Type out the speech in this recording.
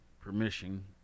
permission